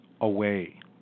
away